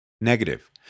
negative